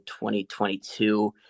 2022